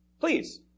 Please